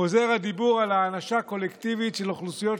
חוזר הדיבור על הענשה קולקטיבית של אוכלוסיות